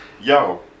Yo